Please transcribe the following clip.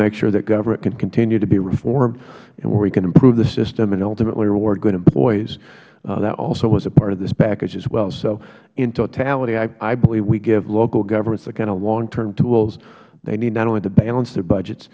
make sure that government can continue to be reformed and where we can improve the system and ultimately reward good employees that also was a part of this package as well so in totality i believe we give local governments the kind of long term tools they need not only to balance their budgets